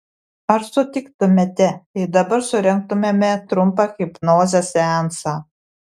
ar sutiktumėte jei dabar surengtumėme trumpą hipnozės seansą